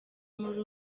muri